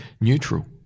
neutral